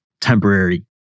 temporary